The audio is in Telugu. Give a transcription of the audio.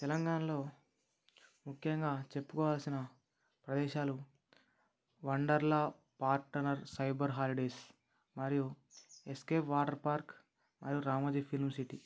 తెలంగాణలో ముఖ్యంగా చెప్పుకోవలసిన ప్రదేశాలు వండర్లా పార్ట్నర్ సైబర్ హాలీడేస్ మరియు ఎస్కేప్ వాటర్ పార్క్ మరియు రామోజీ ఫిలిం సిటీ